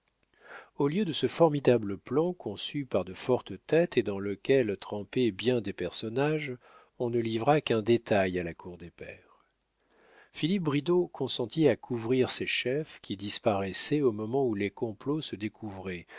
au lieu de ce formidable plan conçu par de fortes têtes et dans lequel trempaient bien des personnages on ne livra qu'un détail à la cour des pairs philippe bridau consentit à couvrir ces chefs qui disparaissaient au moment où les complots se découvraient